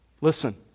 Listen